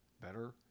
better